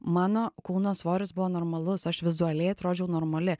mano kūno svoris buvo normalus aš vizualiai atrodžiau normali